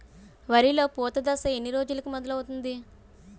వరిలో పూత దశ ఎన్ని రోజులకు మొదలవుతుంది?